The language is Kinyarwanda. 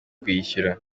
kuyishyura